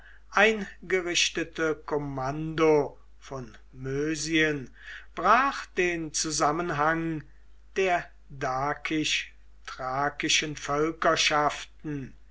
eingerichtete kommando von mösien brach den zusammenhang der dakisch thrakischen